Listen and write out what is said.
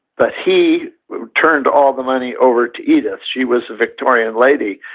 but he turned all the money over to edith. she was a victorian lady,